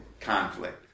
conflict